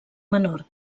menor